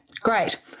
great